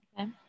okay